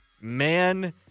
man